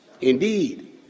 Indeed